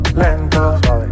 lento